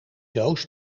doos